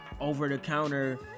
over-the-counter